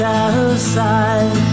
outside